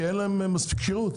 כי אין להם מספיק כשירות?